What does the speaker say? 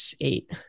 eight